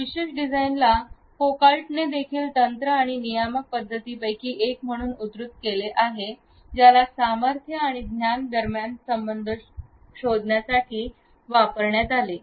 या विशेष डिझाइनला फोकॉल्टने देखील तंत्र आणि नियामक पद्धतींपैकी एक म्हणून उद्धृत केले ज्याला सामर्थ्य आणि ज्ञान दरम्यान संबंध शोधण्यासाठी वापरण्यात आले